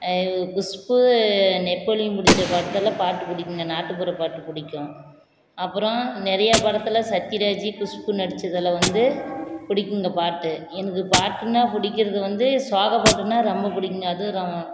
Khushbu Napoleon நடித்த படத்தில் பாட்டு பிடிக்குங்க நாட்டுப்புற பாட்டு பிடிக்கும் அப்புறம் நிறைய படத்தில் சத்தியராஜ் குஷ்பூ நடிச்சதில் வந்து பிடிக்கும்ங்க பாட்டு எனக்கு பாட்டுன்னா பிடிக்கிறது வந்து சோக பாட்டுன்னா ரொம்ப பிடிக்குங்க அதுவும் ரொ